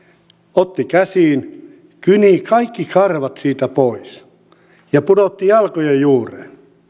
otti sen käsiin kyni kaikki karvat siitä pois ja pudotti jalkojen juureen